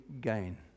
gain